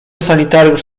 sanitariusz